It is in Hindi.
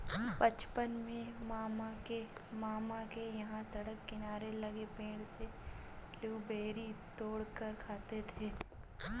बचपन में मामा के यहां सड़क किनारे लगे पेड़ से ब्लूबेरी तोड़ कर खाते थे